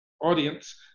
audience